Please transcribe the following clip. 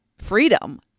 freedom